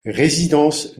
résidence